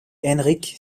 heinrich